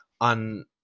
on